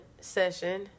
session